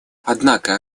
однако